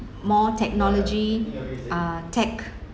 more technology uh tech